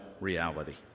reality